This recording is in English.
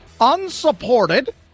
unsupported